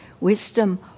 Wisdom